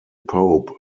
pope